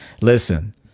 Listen